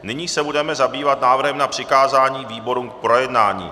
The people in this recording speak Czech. Nyní se budeme zabývat návrhem na přikázání výborům k projednání.